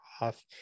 off